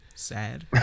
sad